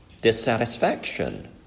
dissatisfaction